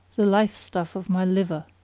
the life stuff of my liver.